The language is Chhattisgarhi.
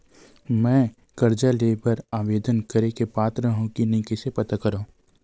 मेंहा कर्जा ले बर आवेदन करे के पात्र हव की नहीं कइसे पता करव?